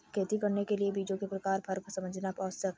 खेती करने के लिए बीजों के प्रकार में फर्क समझना आवश्यक है